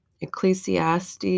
Ecclesiastes